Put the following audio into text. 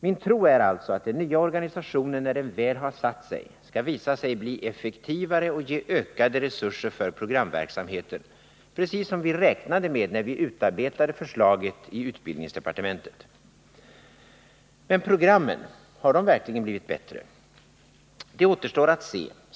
Min tro är alltså att den nya organisationen, när den väl har satt sig, skall visa sig bli effektivare och ge ökade resurser för programverksamheten, precis som vi räknade med när vi utarbetade förslaget i utbildningsdepartementet. Men programmen, har de verkligen blivit bättre? Det återstår att se.